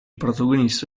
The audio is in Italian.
protagonista